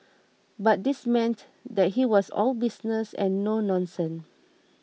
but this meant that he was all business and no nonsense